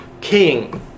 king